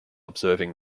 observing